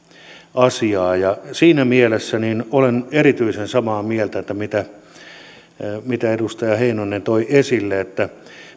asiasta siinä mielessä olen erityisen samaa mieltä siitä mitä edustaja heinonen toi esille että